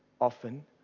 often